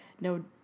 no